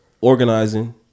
organizing